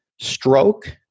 stroke